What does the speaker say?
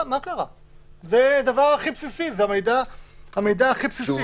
זה המידע הכי בסיסי.